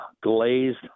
glazed